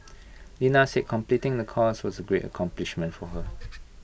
Lena said completing the course was A great accomplishment for her